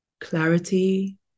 clarity